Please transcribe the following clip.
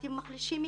ואתם מחלישים אתנו,